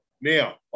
Now